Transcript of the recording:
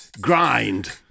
grind